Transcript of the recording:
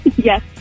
Yes